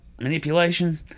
manipulation